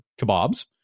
kebabs